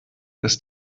das